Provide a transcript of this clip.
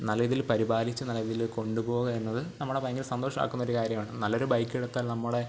നല്ല രീതിയിൽ പരിപാലിച്ച് നല്ല രീതിയിൽ കൊണ്ടുപോവുക എന്നത് നമ്മളെ ഭയങ്കര സന്തോഷം ആക്കുന്നൊരു കാര്യമാണ് നല്ലൊരു ബൈക്ക് എടുത്താൽ നമ്മുടെ